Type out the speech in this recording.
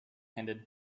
handed